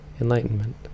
enlightenment